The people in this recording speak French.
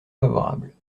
favorable